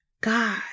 God